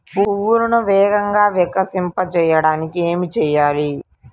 పువ్వులను వేగంగా వికసింపచేయటానికి ఏమి చేయాలి?